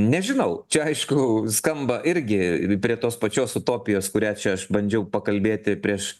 nežinau čia aišku skamba irgi prie tos pačios utopijos kurią čia aš bandžiau pakalbėti prieš